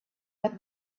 had